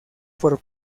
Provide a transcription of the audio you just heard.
por